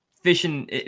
fishing